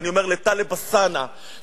ואני אומר לטלב אלסאנע,